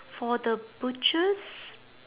for the butchers